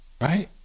right